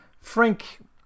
Frank